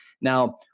Now